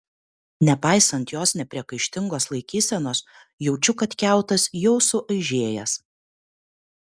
nepaisant jos nepriekaištingos laikysenos jaučiu kad kiautas jau suaižėjęs